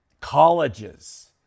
colleges